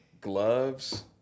gloves